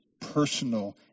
personal